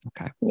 okay